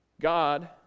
God